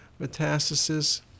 metastasis